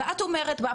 את אומרת שאתם